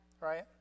Right